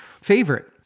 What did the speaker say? Favorite